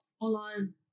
Online